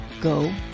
go